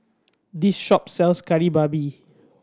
this shop sells Kari Babi